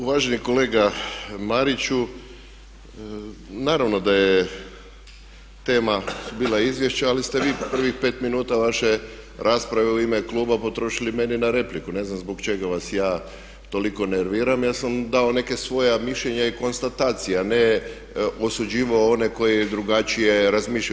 Uvaženi kolega Mariću naravno da je tema bila izvješće ali ste vi prvih pet minuta vaše rasprave u ime kluba potrošili meni na repliku, ne znam zbog čega vas ja toliko nerviram, ja sam dao neka svoja mišljenja i konstatacije a ne osuđivao one koji drugačije razmišljaju.